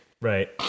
right